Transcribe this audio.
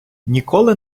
ніколи